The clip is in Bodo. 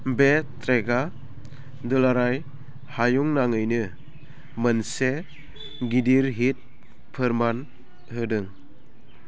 बे ट्रेकआ दुलाराय हायुं नाङैनो मोनसे गिदिर हिट फोरमान होदों